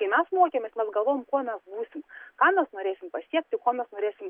kai mes mokėmės mes galvojom kuo mes būsim ką mes norėsim pasiekti kuo mes norėsim